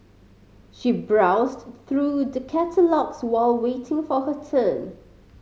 she browsed through the catalogues while waiting for her turn